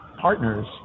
partners